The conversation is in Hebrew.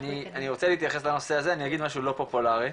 רוצה להתייחס לנושא הזה ואני אגיד משהו לא פופולארי,